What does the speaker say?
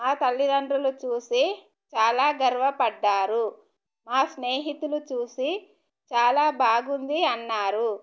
మా తల్లిదండ్రులు చూసి చాలా గర్వపడ్డారు మా స్నేహితులు చూసి చాలా బాగుంది అన్నారు